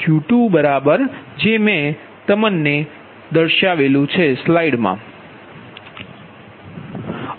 Q2 બરાબર k 14ViVkYiksin⁡ ik ik છે